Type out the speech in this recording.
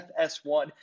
FS1